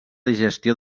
digestió